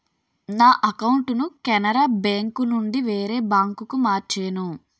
నా అకౌంటును కెనరా బేంకునుండి వేరే బాంకుకు మార్చేను